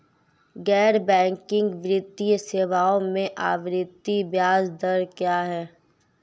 गैर बैंकिंग वित्तीय सेवाओं में आवर्ती ब्याज दर क्या है?